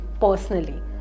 personally